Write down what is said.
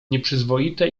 nieprzyzwoite